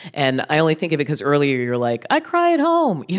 and i only think of it cause earlier, you're like, i cry at home, you